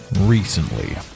recently